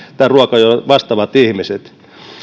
ruokajonosta vastaavat ihmiset